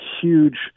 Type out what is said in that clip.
huge